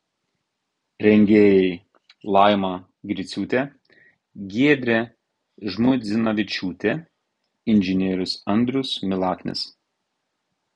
rengėjai laima griciūtė giedrė žmuidzinavičiūtė inžinierius andrius milaknis